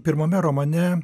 pirmame romane